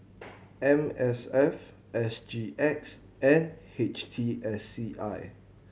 M S F S G X and H T S C I